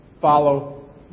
follow